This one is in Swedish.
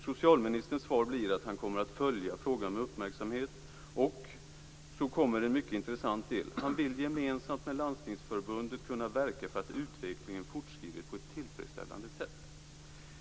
Socialministerns svar blir att han kommer att följa frågan med uppmärksamhet, och - här kommer en mycket intressant del - han vill gemensamt med Landstingsförbundet kunna verka för att utvecklingen fortskrider på ett tillfredsställande sätt".